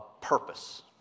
purpose